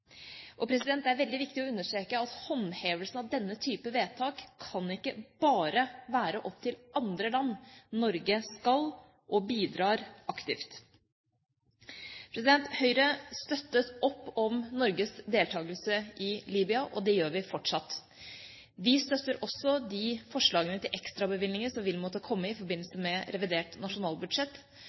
Det er veldig viktig å understreke at håndhevelsen av denne type vedtak ikke bare kan være opp til andre land. Norge skal bidra og bidrar aktivt. Høyre støttet opp om Norges deltakelse i Libya, og det gjør vi fortsatt. Vi støtter også de forslagene til ekstrabevilgninger som vil måtte komme i forbindelse med revidert nasjonalbudsjett.